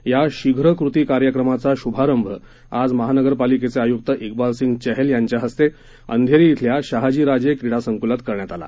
या शीघ्र कृती कार्यक्रमाचा शुभारंभ आज महापालिका आयुक्त इकबाल सिंह चहल यांच्या हस्ते अंधेरी इथल्या शहाजी राजे क्रीडा संकलात करण्यात आला